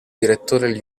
direttore